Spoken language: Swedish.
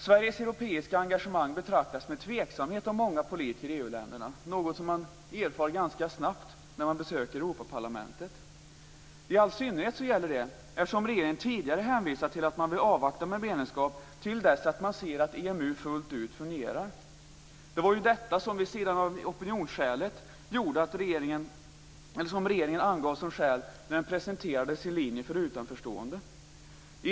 Sveriges europeiska engagemang betraktas med tveksamhet av många politiker i EU-länderna. Något som man erfar ganska snabbt när man besöker Europaparlamentet. I all synnerhet gäller detta eftersom regeringen tidigare hänvisat till att man vill avvakta med medlemskap till dess man ser att EMU fullt ut fungerar. Det var ju detta - vid sidan av opinionsskälet - som regeringen angav som skäl när den presenterade sin linje för utanförstående.